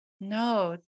No